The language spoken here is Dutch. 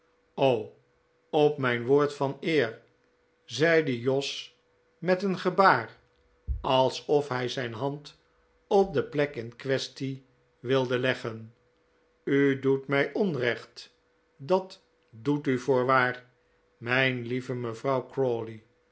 op mijn woord van eer zcidc jos met een gcbaar alsof hij zijn hand op de pick in quacstic wildc lcggcn u doct mij onrccht dat doct u voorwaar mijn licve mcvrouw